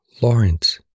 Lawrence